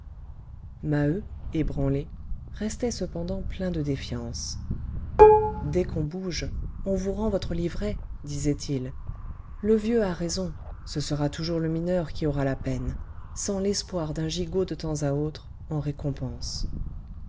maheu ébranlé restait cependant plein de défiance dès qu'on bouge on vous rend votre livret disait-il le vieux a raison ce sera toujours le mineur qui aura la peine sans l'espoir d'un gigot de temps à autre en récompense